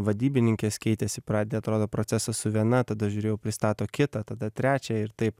vadybininkės keitėsi pradedi atrodo procesą su viena tada žiūri jau pristato kitą tada trečią ir taip